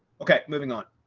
okay, moving on.